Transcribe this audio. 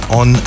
on